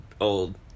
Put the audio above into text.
old